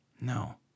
No